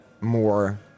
more